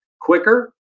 quicker